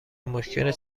مشکل